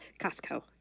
Costco